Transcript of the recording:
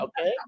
okay